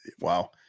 wow